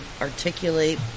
articulate